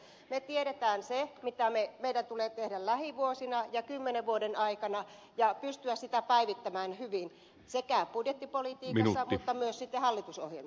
me tiedämme sen mitä meidän tulee tehdä lähivuosina ja kymmenen vuoden aikana ja pystyä sitä päivittämään hyvin sekä budjettipolitiikassa että myös sitten hallitusohjelmissa